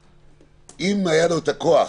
הם גם אומצו בחוק להארכת התקש"ח,